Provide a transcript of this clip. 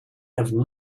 have